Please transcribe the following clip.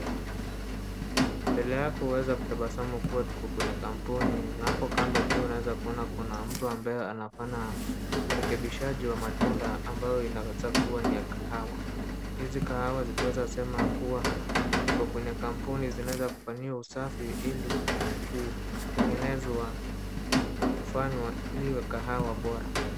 Mbele yako huweza kutabasamu kuwa tuko kwenye kampuni, hapo kando pia unaweza kuona kuna mtu ambaye anafanya urekebishaji wa matunda ambayo ina weza kuwa ni ya kahawa. Hizi kahawa zita weza sema kuwa ziko kwenye kampuni zinaweza kufanyiwa usafi ili kutengenezwa na kufanywa liwe kahawa bora.